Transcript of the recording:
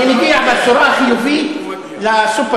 אני מגיע בצורה החיובית לסופר-פארם.